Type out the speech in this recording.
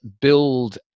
build